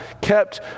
kept